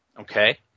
okay